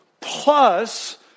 plus